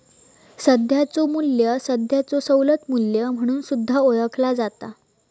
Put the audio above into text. सध्याचो मू्ल्य सध्याचो सवलत मू्ल्य म्हणून सुद्धा ओळखला जाता